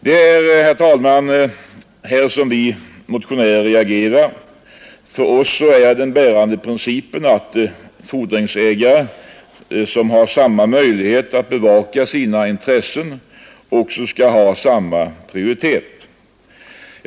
Det är, herr talman, här som vi motionärer reagerar. För oss är den bärande principen att fordringsägare som har samma möjligheter att bevaka sina intressen också skall ha samma prioritet.